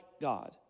God